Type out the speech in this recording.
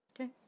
Okay